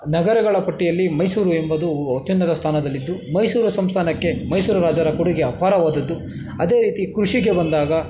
ನಗರಗಳ ಪಟ್ಟಿಯಲ್ಲಿ ಮೈಸೂರು ಎಂಬುದು ಅತ್ಯುನ್ನತ ಸ್ಥಾನದಲ್ಲಿದ್ದು ಮೈಸೂರು ಸಂಸ್ಥಾನಕ್ಕೆ ಮೈಸೂರು ರಾಜರ ಕೊಡುಗೆ ಅಪಾರವಾದದ್ದು ಅದೇ ರೀತಿ ಕೃಷಿಗೆ ಬಂದಾಗ